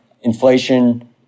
inflation